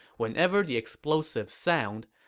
whenever the explosive sounds,